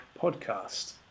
Podcast